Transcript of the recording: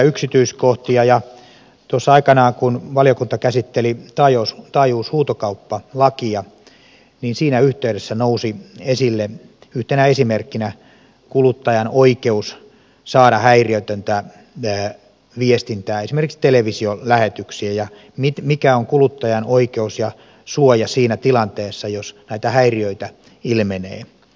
tuossa aikanaan kun valiokunta käsitteli taajuushuutokauppalakia siinä yhteydessä nousi esille yhtenä esimerkkinä kuluttajan oikeus saada häiriötöntä viestintää esimerkiksi televisiolähetyksiä ja kysymys siitä mikä on kuluttajan oikeus ja suoja siinä tilanteessa jos näitä häiriöitä ilmenee